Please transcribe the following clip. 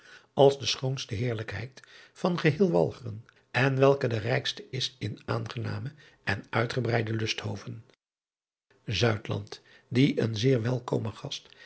als de schoonste heerlijkheid van geheel alcheren en welke de rijkste is in aangename en uitgebreide lusthoven die een zeer welkome gast